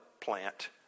plant